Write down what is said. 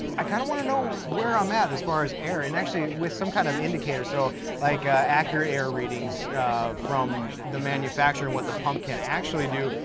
i kinda wanna know where i'm at as far as air, and actually with some kind of indicator. so like accurate air readings from the manufacturer, and what the pump can actually do,